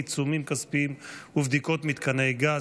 עיצומים כספיים ובדיקות מתקני גז),